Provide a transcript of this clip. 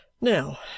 Now